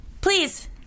Please